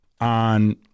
On